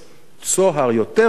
צוהר יותר רחב,